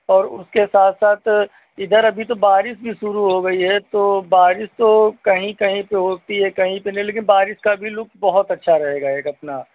और उसके साथ साथ इधर अभी तो बारिश भी शुरू हो गई है तो बारिश तो कहीं कहीं पर होती है कहीं पर नहीं लेकिन बारिश का भी लुक बहुत अच्छा रहेगा एक अपना